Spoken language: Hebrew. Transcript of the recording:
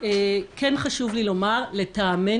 למה נועד אותו מתחם סיכון טבעי?